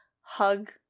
hug